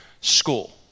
school